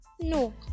no